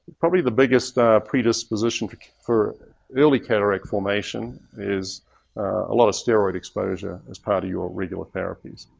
probably the biggest predisposition for early cataract formation is a lot of steroid exposure as part of your regular therapies.